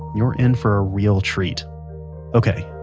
you're in for a real treat ok,